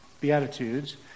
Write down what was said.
Beatitudes